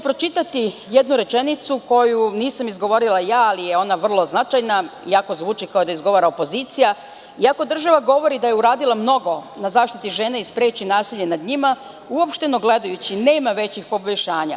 Pročitaću jednu rečenicu koju nisam izgovorila ja, ali je ona vrlo značajna i ako zvuči kao da je izgovara opozicija – iako država govori da je uradila mnogo na zaštiti žena i sprečavanju nasilja nad njima, uopšteno gledajući nema većih poboljšanja.